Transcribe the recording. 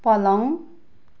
पलङ